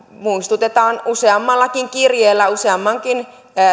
muistutetaan useammallakin kirjeellä useammankin